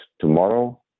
tomorrow